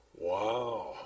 wow